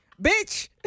Bitch